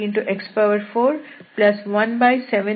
6